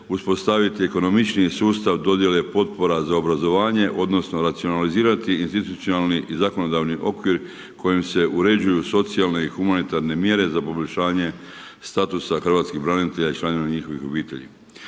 uspostaviti ekonomičniji sustav dodjele potpora za obrazovanje odnosno, racionalizirani …/Govornik se ne razumije./… i zakonodavni okvir kojim se uređuju socijalne i humanitarne mjere za poboljšanje statusa hrvatskih branitelja i članova njihovih obitelji.